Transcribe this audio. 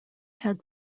had